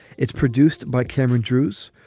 it's produced by cameron drewes.